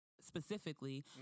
specifically